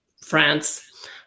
France